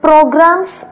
Programs